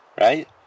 right